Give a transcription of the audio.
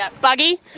Buggy